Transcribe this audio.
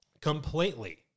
completely